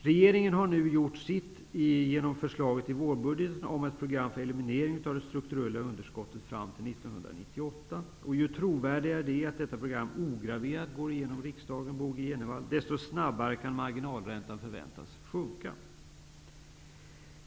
Regeringen har nu gjort sitt genom förslaget till vårbudget med ett program för eliminering av det strukturella underskottet fram till 1998. Ju trovärdigare det är att detta program ograverat går igenom riksdagen, Bo G Jenevall, desto snabbare kan marginalräntan förväntas sjunka.